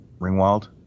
Ringwald